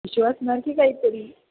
issue असणार की काहीतरी